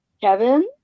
Kevin